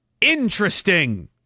Interesting